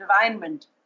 environment